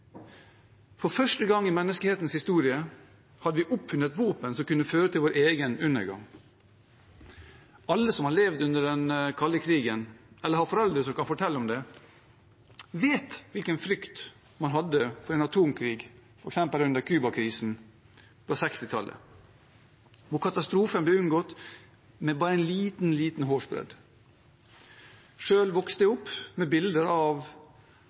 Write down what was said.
For første gang i menneskehetens historie hadde vi oppfunnet et våpen som kunne føre til vår egen undergang. Alle som har levd under den kalde krigen, eller som har foreldre som kan fortelle om det, vet hvilken frykt man hadde for en atomkrig, f.eks. under Cuba-krisen på 1960-tallet, da katastrofen ble unngått med bare en liten, liten hårsbredd. Selv vokste jeg opp med bilder av